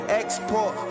export